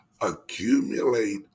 accumulate